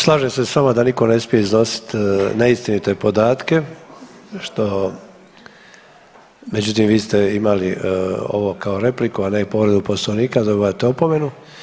Slažem se s vama da nitko ne smije iznositi neistinite podatke što, međutim vi ste imali ovo kao repliku, a ne povredu Poslovnika, dobivate opomenu.